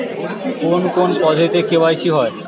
কোন কোন পদ্ধতিতে কে.ওয়াই.সি হয়?